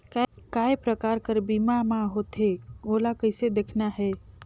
काय प्रकार कर बीमा मा होथे? ओला कइसे देखना है?